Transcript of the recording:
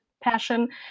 passion